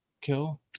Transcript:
kill